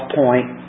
point